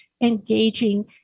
engaging